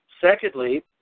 Secondly